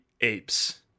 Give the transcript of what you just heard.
apes